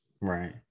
right